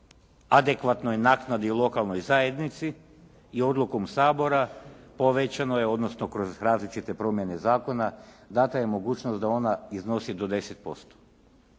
adekvatnoj naknadi lokalnoj zajednici i odlukom Sabora povećano je, odnosno kroz različite promjene zakona dana je mogućnost da ona iznosi do 10%.